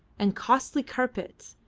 and costly carpets,